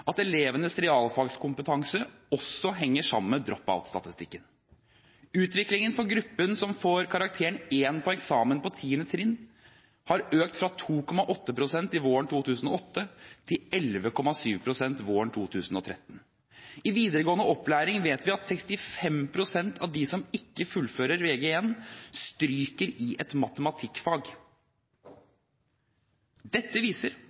at elevenes realfagskompetanse også henger sammen med drop-out-statistikken. Utviklingen for gruppen som får karakteren 1 på eksamen på 10. trinn, har økt fra 2,8 pst. våren 2008 til 11,7 pst. våren 2013. I videregående opplæring vet vi at 65 pst. av dem som ikke fullfører Vg1, stryker i et matematikkfag. Dette viser